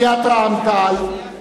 סיעת רע"ם-תע"ל,